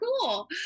cool